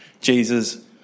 Jesus